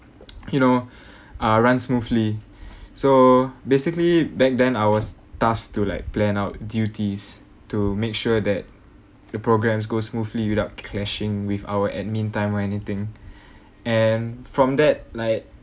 you know are run smoothly so basically back then I was tasked to like plan out duties to make sure that the programs goes smoothly without clashing with our admin time or anything and from that like